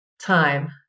time